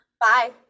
Bye